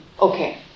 Okay